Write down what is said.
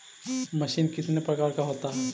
Machine कितने प्रकार का होता है?